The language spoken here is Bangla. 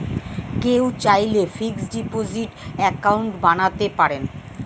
কেউ চাইলে ফিক্সড ডিপোজিট অ্যাকাউন্ট বানাতে পারেন